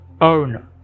own